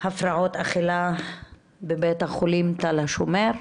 הפרעות אכילה בבית החולים תל השומר,